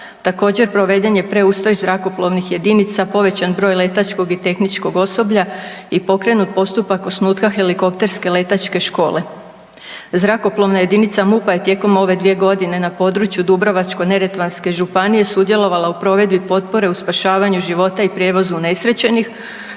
Također proveden je preustroj zrakoplovnih jedinica, povećan broj letačkog i tehničkog osoblja i pokrenut postupak osnutka helikopterske letačke škole. Zrakoplovna jedinica MUP-a je tijekom ove 2.g. na području Dubrovačko-neretvanske županije sudjelovala u provedbi potpore u spašavanju života i prijevozu unesrećenih,